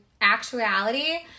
actuality